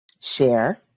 share